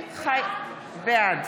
בעד